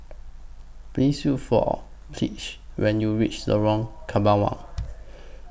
Please Look For Pleas when YOU REACH Lorong Kembangan